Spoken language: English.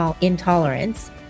Intolerance